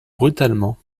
brutalement